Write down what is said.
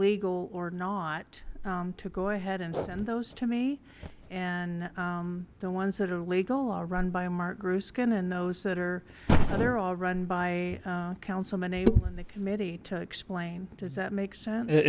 legal or not to go ahead and send those to me and the ones that are legal or run by mark grew skin and those that are they're all run by councilman abel and the committee to explain does that make sense